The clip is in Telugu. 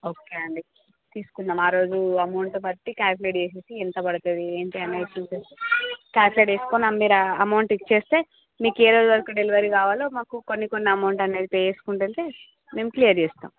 ఓకే అండీ తీసుకుందాం ఆ రోజు అమౌంట్ బట్టి క్యాలుకులేట్ చేసేసి ఎంత పడతది ఏంటి అనేది చూసి క్యాష్ రెడీ చేసుకుని మీరు అమౌంట్ ఇచ్చేస్తే మీకు ఏ రోజు వరకు డెలివరీ కావాలో మాకు కొన్ని కొన్ని అమౌంట్ అనేది పే చేసుకుంటూ వెళ్తే మేము క్లియర్ చేస్తాం